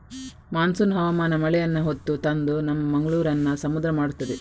monsoon ಹವಾಮಾನ ಮಳೆಯನ್ನ ಹೊತ್ತು ತಂದು ನಮ್ಮ ಮಂಗಳೂರನ್ನ ಸಮುದ್ರ ಮಾಡ್ತದೆ